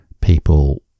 people